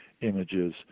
images